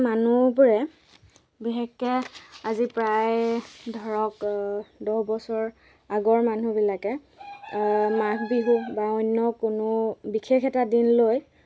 পানী বিশুদ্ধ কৰাৰ কাৰণে চূণো চূণো দিয়ে পানী যাতে ভাল হয় মাছ যাতে বৃদ্ধি সোনকালে বৃদ্ধি হয় তাৰ কাৰণে চূণ দিয়ে চূণ দেল চূণ দেওঁতে যিখিনি পানী